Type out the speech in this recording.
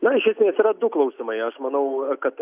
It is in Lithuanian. na iš esmės yra du klausimai aš manau kad